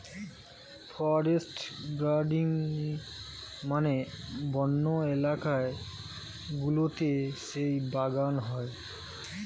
forest gardening মানে বন্য এলাকা গুলোতে যেই বাগান হয়